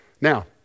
Now